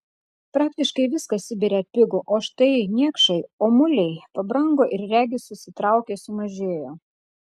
praktiškai viskas sibire atpigo o štai niekšai omuliai pabrango ir regis susitraukė sumažėjo